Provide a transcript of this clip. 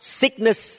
sickness